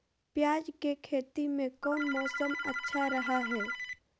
प्याज के खेती में कौन मौसम अच्छा रहा हय?